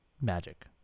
magic